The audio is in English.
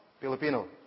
Filipino